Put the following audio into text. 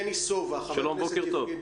שלום, בוקר טוב,